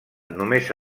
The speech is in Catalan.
només